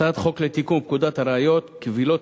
הצעת חוק לתיקון פקודת הראיות (מס' 15) (קבילות